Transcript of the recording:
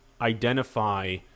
identify